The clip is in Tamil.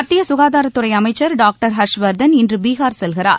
மத்திய சுகாதாரத்துறை அமைச்சர் டாக்டர் ஹர்ஷவர்தன் இன்று பீகார் செல்கிறார்